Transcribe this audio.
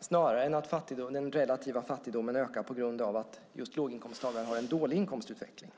snarare ökar än att den relativa fattigdomen ökar på grund av att just låginkomsttagarna har en dålig inkomstutveckling.